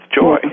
joy